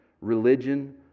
religion